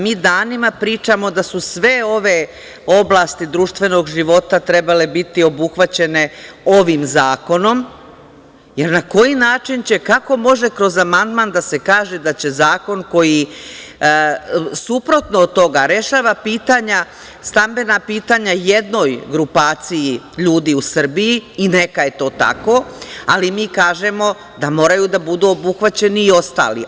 Mi danima pričamo da su sve ove oblasti društvenog života trebale biti obuhvaćene ovim zakonom, jer na koji način će, kako može kroz amandman da se kaže da će zakon koji suprotno od toga rešava stambena pitanja jednoj grupaciji ljudi u Srbiji, i neka je to tako, ali mi kažemo da moraju da budu obuhvaćeni i ostali.